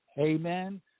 Amen